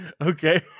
Okay